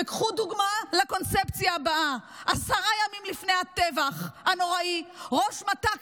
וקחו דוגמה לקונספציה הבאה: עשרה ימים לפני הטבח הנוראי ראש מת"ק